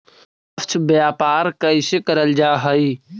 निष्पक्ष व्यापार कइसे करल जा हई